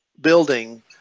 building